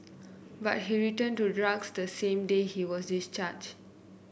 but he returned to drugs the same day he was discharge